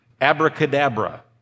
abracadabra